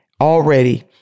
already